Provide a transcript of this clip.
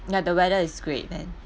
ya the weather is great then